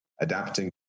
adapting